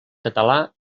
català